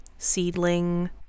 seedling